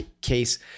case